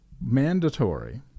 mandatory